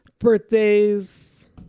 Birthdays